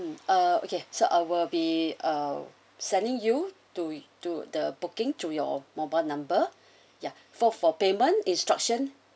ah okay so I'll be uh sending you to to the booking through your mobile number yeah for for payment instruction